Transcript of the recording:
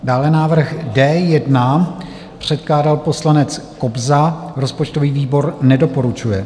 Dále návrh D1, předkládal poslanec Kobza, rozpočtový výbor nedoporučuje.